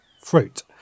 fruit